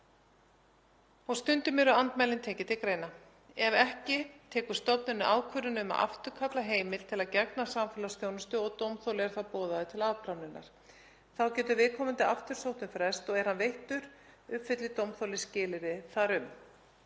og stundum eru andmælin tekin til greina. Ef ekki tekur stofnunin ákvörðun um að afturkalla heimild til að gegna samfélagsþjónustu og dómþoli er þá boðaður til afplánunar. Þá getur viðkomandi aftur sótt um frest og er hann veittur uppfylli dómþoli skilyrði þar um.